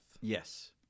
Yes